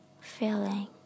Feeling